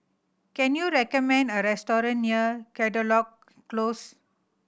can you recommend a restaurant near Caldecott Close